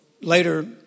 later